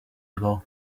ago